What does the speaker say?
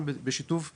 בשיתוף הנציבות,